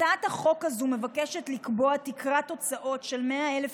הצעת החוק הזאת מבקשת לקבוע תקרת הוצאות של 100,000